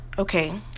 Okay